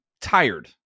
tired